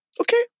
Okay